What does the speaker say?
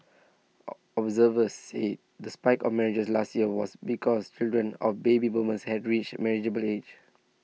observers said the spike A marriages last year was because children of baby boomers had reached marriageable age